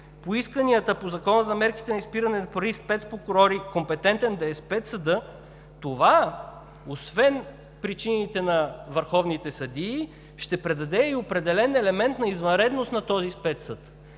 по исканията по Закона за мерките срещу изпирането на пари за спецпрокурори и компетентен да е спецсъдът, това, освен причините на върховните съдии, ще придаде и определен елемент на извънредност на този спецсъд.